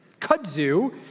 kudzu